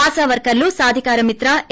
ఆశా వర్కర్లు సాధికారమిత్ర ఏ